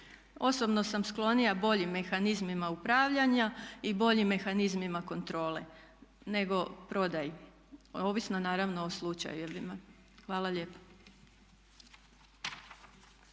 Osobno sam sklonija boljim mehanizmima upravljanja i boljim mehanizmima kontrole nego prodaji, ovisno naravno o slučaju. Hvala lijepa.